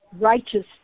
righteous